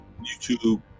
youtube